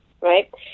right